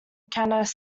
kansas